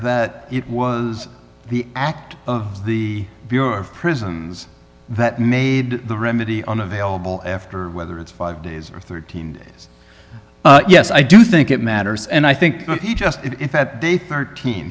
that it was the act of the bureau of prisons that made the remedy unavailable after whether it's five days or thirteen days yes i do think it matters and i think he just that day thirteen